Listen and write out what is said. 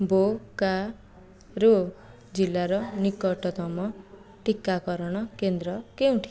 ବୋକାରୋ ଜିଲ୍ଲାର ନିକଟତମ ଟିକାକରଣ କେନ୍ଦ୍ର କେଉଁଠି